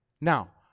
Now